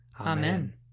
Amen